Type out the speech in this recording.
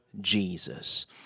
Jesus